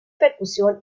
percusión